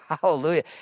Hallelujah